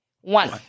One